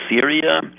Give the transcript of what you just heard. Syria